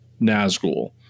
Nazgul